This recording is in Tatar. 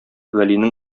вәлинең